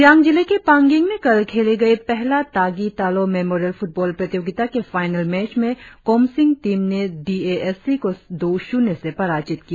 सियांग जिले के पांगिग में कल खेले गए पहला तागी तालोह मेमोरियल फुटबॉल प्रतियोगिता के फाइनल मैच में कोमसिंग टीम ने डी ए एस सी को दो शून्य से पराजित किया